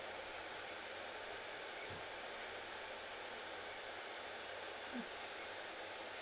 mm